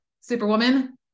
superwoman